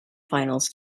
finals